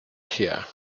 here